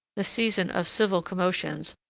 the season of civil commotions,